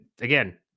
again